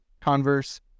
converse